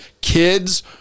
kids